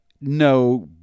no